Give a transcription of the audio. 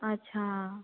अच्छा